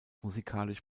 musikalisch